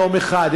יום אחד,